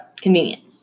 convenient